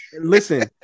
Listen